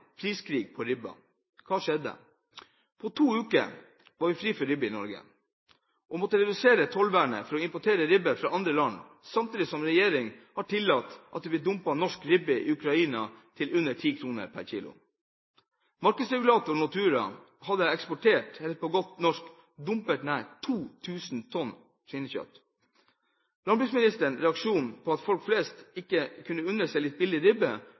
priskrig på ribbe. Hva skjedde? På to uker var vi fri for ribbe i Norge og måtte redusere tollvernet for å importere ribbe fra andre land, samtidig som regjeringen tillot at det ble dumpet norsk ribbe i Ukraina til under 10 kr per kg. Markedsregulator Nortura hadde eksportert – eller på godt norsk dumpet – nær 2 000 tonn svinekjøtt. Landbruksministerens reaksjon på at folk flest kunne unne seg litt billig ribbe,